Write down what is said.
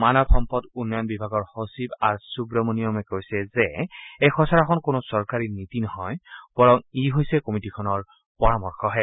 মানৱ সম্পদ উন্নয়ন বিভাগৰ সচিব আৰ সুব্ৰমণিয়মে কৈছে যে এই খচৰাখন কোনো চৰকাৰী নীতি নহয় বৰং ই হৈছে এই কমিটীখনৰ পৰামৰ্শহে